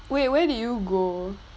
wait where did you go